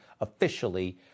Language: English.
officially